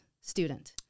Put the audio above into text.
student